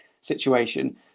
situation